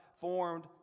formed